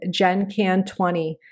GenCan20